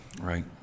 Right